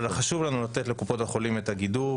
אבל חשוב לנו לתת לקופות החולים את הגידור,